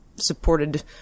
supported